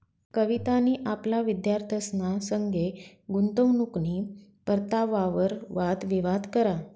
कवितानी आपला विद्यार्थ्यंसना संगे गुंतवणूकनी परतावावर वाद विवाद करा